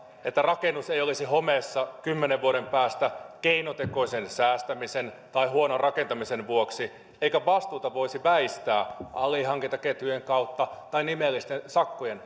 että rakennus ei olisi homeessa kymmenen vuoden päästä keinotekoisen säästämisen tai huonon rakentamisen vuoksi eikä vastuuta voisi väistää alihankintaketjujen kautta tai nimellisten sakkojen